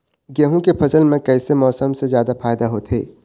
गेहूं के फसल म कइसे मौसम से फायदा होथे?